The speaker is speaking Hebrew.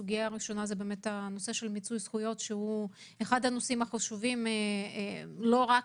הראשונה היא נושא מיצוי הזכויות שהוא אחד הנושאים החשובים לא רק